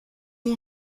mon